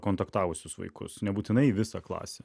kontaktavusius vaikus nebūtinai visą klasę